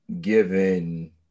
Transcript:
given